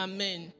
Amen